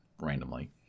randomly